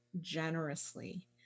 generously